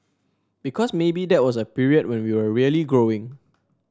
because maybe that was a period when we were really growing